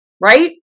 right